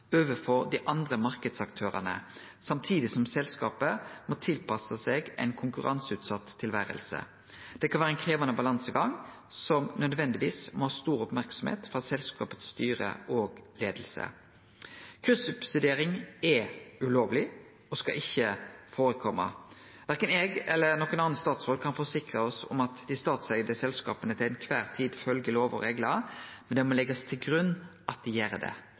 overfor dei andre marknadsaktørane samtidig som selskapet må tilpasse seg eit konkurranseutsett tilvære. Det kan vere ein krevjande balansegang som nødvendigvis må ha stor merksemd frå styret og leiinga i selskapet. Kryssubsidiering er ulovleg og skal ikkje førekome. Verken eg eller nokon annan statsråd kan forsikre oss om at dei statseigde selskapa til ei kvar tid følgjer lover og reglar, men det må leggjast til grunn at dei gjer det.